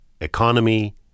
economy